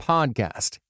Podcast